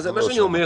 מה שאני אומר,